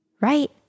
right